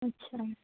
अच्छा